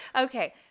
Okay